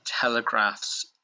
telegraphs